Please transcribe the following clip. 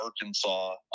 Arkansas